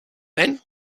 then